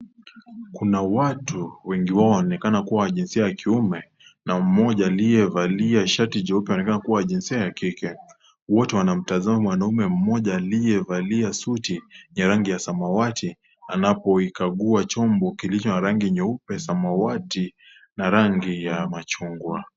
Kuna watu wengi wao wanaonekana kuwa wa jinsia ya kiume na mmoja aliyevalia shati jeupe anaonekana kuwa wa jinsia ya kike . Wote wanamtazama mwanaume mmoja aliyevalia suti ya rangi ya samawati anapo ikagua chombo kilicho na rangi nyeupe , samawati na rangi ya machungwa.